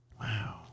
Wow